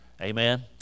Amen